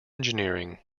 engineering